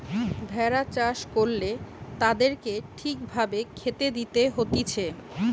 ভেড়া চাষ করলে তাদেরকে ঠিক ভাবে খেতে দিতে হতিছে